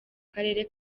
karere